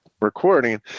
recording